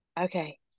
Okay